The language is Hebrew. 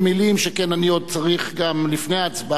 כן.